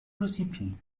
recipient